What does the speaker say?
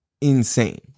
insane